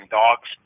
dogs